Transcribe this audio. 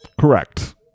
Correct